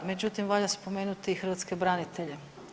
Međutim, valja spomenuti i hrvatske branitelje.